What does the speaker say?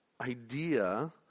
idea